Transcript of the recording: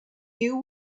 you